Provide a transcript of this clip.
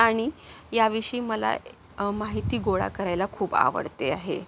आणि या विषयी मला माहिती गोळा करायला खूप आवडते आहे